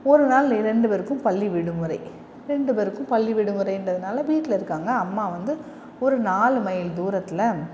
ஒரு நாள் இரண்டு பேருக்கும் பள்ளி விடுமுறை ரெண்டு பேருக்கும் பள்ளி விடுமுறைன்றதுனால வீட்டில் இருக்காங்க அம்மா வந்து ஒரு நாலு மைல் தூரத்தில்